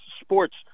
sports